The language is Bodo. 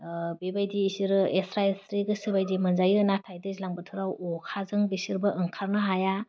ओह बेबायदि इसोरो एरस्रा एरस्रि गोसोबायदि मोनजायो नाथाय दैज्लां बोथोराव अखाजों बेसोरबो ओंखारनो हाया